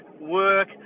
work